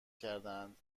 کردهاند